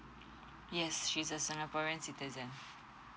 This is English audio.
yes she's a singaporean citizen